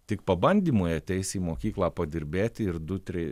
tik pabandymui ateis į mokyklą padirbėti ir du trej